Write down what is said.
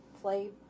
play